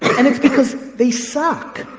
and it's because they suck.